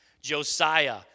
Josiah